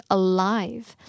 alive